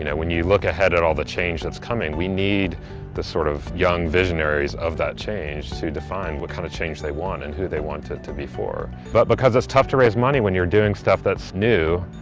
you know when you look ahead at all the change that's coming, we need the sort of young visionaries of that change to define what kind of change they want and who they to be for. but because it's tough to raise money when you're doing stuff that's new,